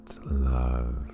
Love